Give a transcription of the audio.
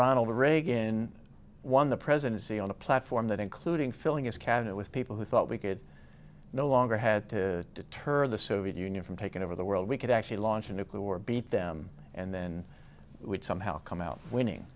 ronald reagan won the presidency on a platform that including filling his cabinet with people who thought we could no longer had to deter the soviet union from taking over the world we could actually launch a nuclear war beat them and then we'd somehow come out winning